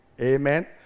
Amen